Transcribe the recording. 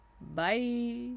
bye